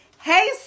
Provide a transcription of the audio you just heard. hey